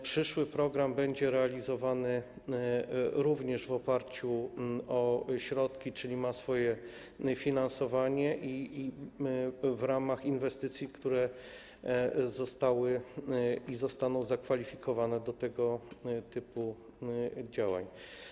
Przyszły program będzie realizowany również w oparciu o środki, czyli ma określone finansowanie, i w ramach inwestycji, które zostały i zostaną zakwalifikowane do tego typu działań.